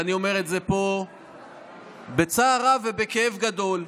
ואני אומר את זה פה בצער רב ובכאב גדול: